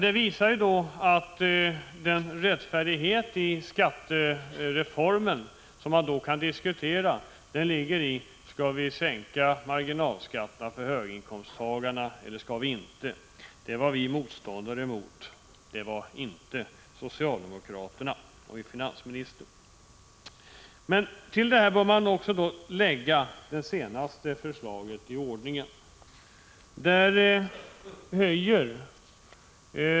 Det visar att den rättfärdighet i skattereformen som man kan diskutera ligger i frågan: Skall vi sänka marginalskatterna för höginkomsttagarna? Det var vi motståndare till, men inte socialdemokraterna och finansministern. Till detta bör man lägga det senaste förslaget i ordningen.